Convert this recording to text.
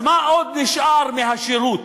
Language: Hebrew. אז מה עוד נשאר מהשירות?